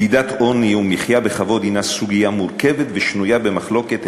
מדידת עוני או מחיה בכבוד הנה סוגיה מורכבת ושנויה במחלוקת,